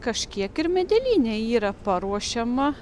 kažkiek ir medelyne yra paruošiama